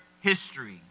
history